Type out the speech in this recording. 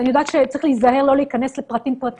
אני יודעת שצריך לא להיכנס לפרטים-פרטים,